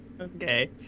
Okay